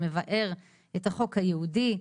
שמבער את החוק היהודי.